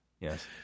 Yes